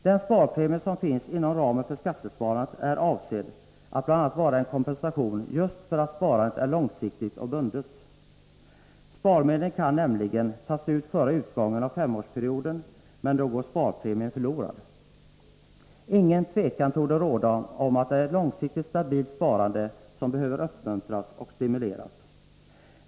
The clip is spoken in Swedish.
Den sparpremie som finns inom ramen för skattesparandet är avsedd att bl.a. vara en kompensation just för att sparandet är långsiktigt och bundet. Sparmedlen kan nämligen tas ut före utgången av femårsperioden, men då går sparpremien förlorad. Inget tvivel torde råda om att det är ett långsiktigt stabilt sparande som behöver uppmuntras och stimuleras.